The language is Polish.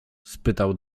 spytał